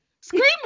screaming